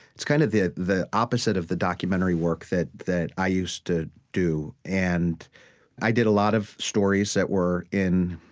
it's kind of the ah the opposite of the documentary work that that i used to do. and i did a lot of stories that were in